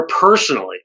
personally